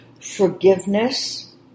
forgiveness